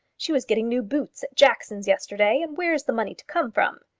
she was getting new boots at jackson's yesterday, and where is the money to come from?